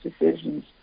decisions